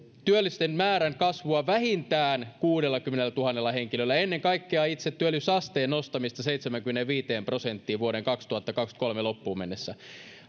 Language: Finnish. työllisten määrän kasvua vähintään kuudellakymmenellätuhannella henkilöllä ja ennen kaikkea työllisyysasteen nostamista seitsemäänkymmeneenviiteen prosenttiin vuoden kaksituhattakaksikymmentäkolme loppuun mennessä